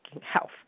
health